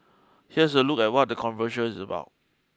here's a look at what the conversion is about